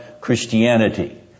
Christianity